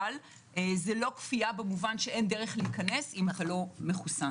אבל זה לא כפייה במובן שאין דרך להיכנס אם אתה לא מחוסן.